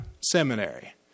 Seminary